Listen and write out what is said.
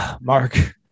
Mark